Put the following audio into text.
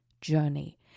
journey